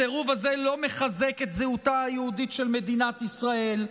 הסירוב הזה לא מחזק את זהותה היהודית של מדינת ישראל,